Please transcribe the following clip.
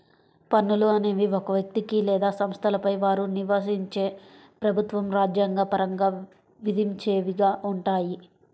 పన్నులు అనేవి ఒక వ్యక్తికి లేదా సంస్థలపై వారు నివసించే ప్రభుత్వం రాజ్యాంగ పరంగా విధించేవిగా ఉంటాయి